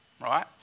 right